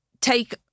take